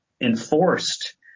enforced